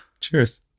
Cheers